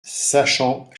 sachant